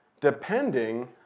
depending